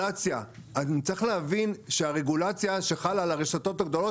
צריך להבין שהרגולציה שחלה על הרשתות הגדולות